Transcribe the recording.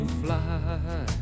fly